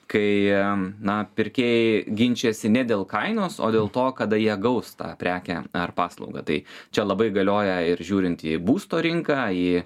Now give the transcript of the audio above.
kai na pirkėjai ginčijasi ne dėl kainos o dėl to kada jie gaus tą prekę ar paslaugą tai čia labai galioja ir žiūrint į būsto rinką į